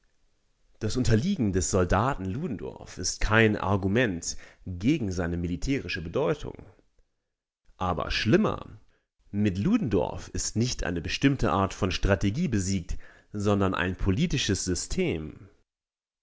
das unterliegen des soldaten ludendorff ist kein argument gegen seine militärische bedeutung aber schlimmer mit ludendorff ist nicht eine bestimmte art von strategie besiegt sondern ein politisches system